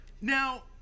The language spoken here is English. Now